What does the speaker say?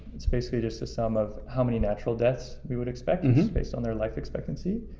it's basically just a sum of how many natural deaths we would expect and is based on their life expectancy.